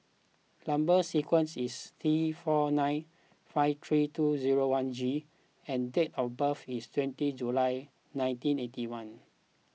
Number Sequence is T four nine five three two zero one G and date of birth is twenty July nineteen eighty one